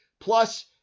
plus